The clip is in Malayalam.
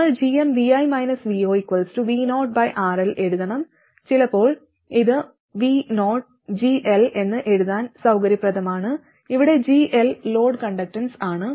നമ്മൾ gm voRL എഴുതണം ചിലപ്പോൾ ഇത് voGL എന്ന് എഴുതാൻ സൌകര്യപ്രദമാണ് ഇവിടെ GL ലോഡ് കണ്ടക്ടൻസ് ആണ്